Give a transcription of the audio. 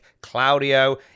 Claudio